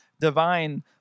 divine